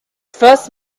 first